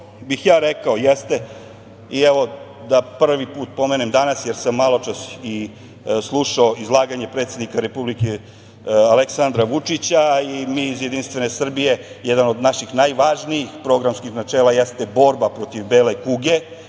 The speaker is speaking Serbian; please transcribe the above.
bih ja rekao jeste, i da prvi put pomenem danas, jer sam maločas slušao i izlaganje predsednika Republike, Aleksandra Vučića, i mi iz JS, jedan od naših najvažnijih programskih načela jeste borba protiv bele kuge,